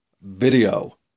video